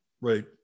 right